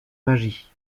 magie